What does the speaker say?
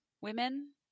women